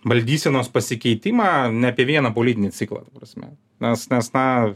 valdysenos pasikeitimą apie vieną politinį ciklą ta prasme nes nes na